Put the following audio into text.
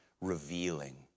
revealing